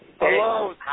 Hello